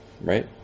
right